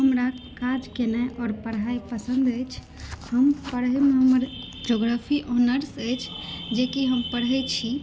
हमरा काज केनाई आऒर पढाई पसन्द अछि हम पढ़ैमे हमर जियोग्रफी ऑनर्स अछि जे की हम पढ़ै छी